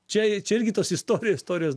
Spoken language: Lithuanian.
čia čia irgi tas istorijo istorijos